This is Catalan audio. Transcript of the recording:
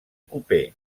coper